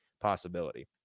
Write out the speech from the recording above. possibility